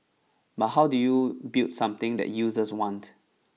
but how do you build something that users want